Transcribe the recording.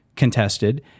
contested